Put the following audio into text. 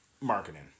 Marketing